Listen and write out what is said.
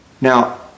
Now